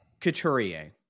Couturier